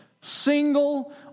single